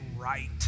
right